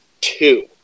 two